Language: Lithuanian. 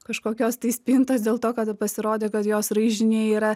kažkokios tai spintos dėl to kad pasirodė kad jos raižiniai yra